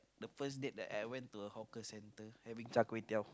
the first date that I went to a hawker center having char-kway-teow